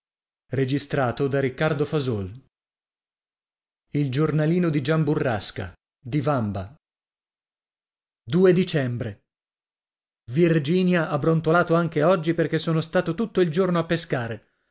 e io a io e e e dicembre virginia ha brontolato anche oggi perché sono stato tutto il giorno a pescare